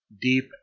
Deep